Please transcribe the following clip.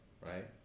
Right